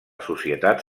societat